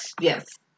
Yes